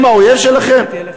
הם האויב שלכם?